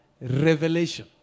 Revelation